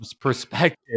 perspective